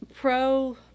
Pro